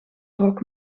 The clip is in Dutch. wrok